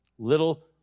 Little